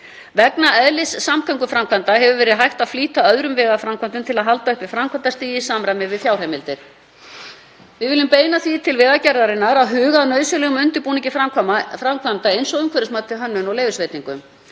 Vegna eðlis samgönguframkvæmda hefur verið hægt að flýta öðrum vegaframkvæmdum til að halda uppi framkvæmdastigi í samræmi við fjárheimildir. Við viljum beina því til Vegagerðarinnar að huga að nauðsynlegum undirbúningi framkvæmda eins og umhverfismati, hönnun og leyfisveitingum.